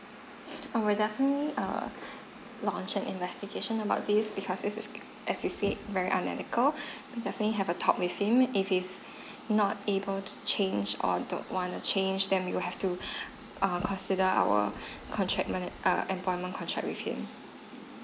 I would definitely err launch an investigation about this because it is as you said very unethical we definitely have a talk with him if he is not able to change or don't wanna change then we will have to err consider our contract mana~ err employment contract with him